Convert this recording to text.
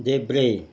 देब्रे